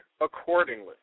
accordingly